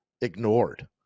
ignored